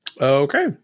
Okay